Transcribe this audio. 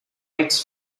its